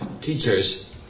teachers